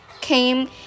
came